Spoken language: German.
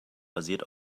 basiert